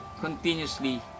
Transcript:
continuously